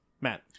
Matt